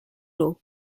loo